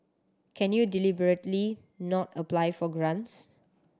can you deliberately not apply for grants